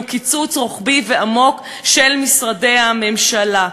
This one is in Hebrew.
הוא קיצוץ רוחבי ועמוק של תקציבי משרדי הממשלה,